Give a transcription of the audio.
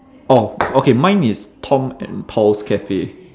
orh okay mine is tom and paul's cafe